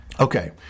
Okay